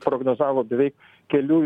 prognozavo beveik kelių